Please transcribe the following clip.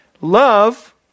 Love